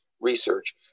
research